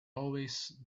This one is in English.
always